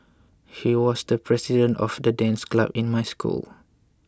he was the president of the dance club in my school